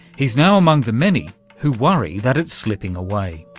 he's now among the many who worry that it's slipping away.